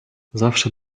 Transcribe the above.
zawsze